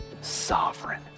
sovereign